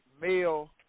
male